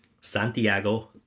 santiago